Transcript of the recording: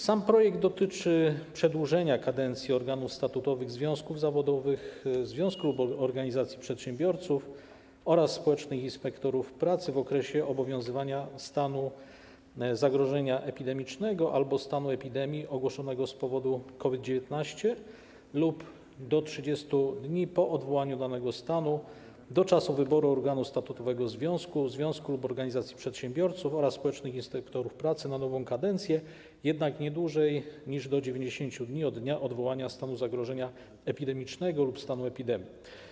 Sam projekt dotyczy przedłużenia kadencji organów statutowych związków zawodowych, związku lub organizacji przedsiębiorców oraz społecznych inspektorów pracy w okresie obowiązywania stanu zagrożenia epidemicznego albo stanu epidemii ogłoszonego z powodu COVID-19 lub do 30 dni po odwołaniu danego stanu, do czasu wyboru organu statutowego związku, związku lub organizacji przedsiębiorców oraz społecznych inspektorów pracy na nową kadencję, jednak nie dłużej niż do 90 dni od dnia odwołania stanu zagrożenia epidemicznego lub stanu epidemii.